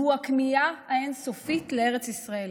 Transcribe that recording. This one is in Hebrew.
והוא הכמיהה האין-סופית לארץ ישראל.